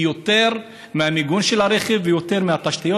יותר מהמיגון של הרכב ויותר מהתשתיות,